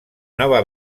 nova